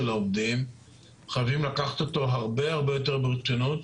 העובדים חייבים לקחת הרבה יותר ברצינות.